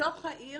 בתוך העיר